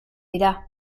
dira